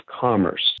commerce